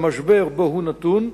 והמשבר שבו הוא נתון.